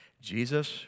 Jesus